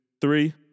three